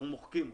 אנחנו מוחקים.